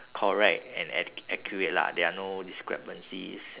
correct and ac~ accurate lah there are no discrepancies